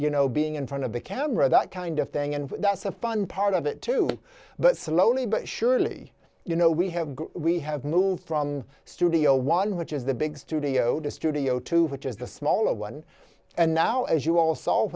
you know being in front of the camera that kind of thing and that's the fun part of it too but slowly but surely you know we have we have moved from studio one which is the big studio to studio two which is the smaller one and now as you all solve